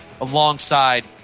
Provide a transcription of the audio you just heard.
alongside